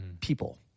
people